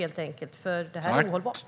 Detta är ohållbart.